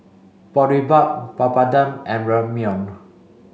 Boribap Papadum and Ramyeon